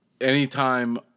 Anytime